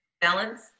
balance